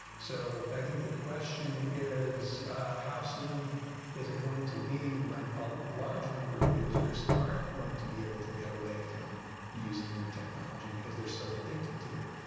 so i think the question is how soon is it going to be when a large number of users aren't going to be able to get away from using their technology because they're so addicted to it?